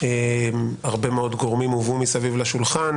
וזה כמובן,